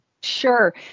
Sure